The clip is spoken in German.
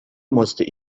musste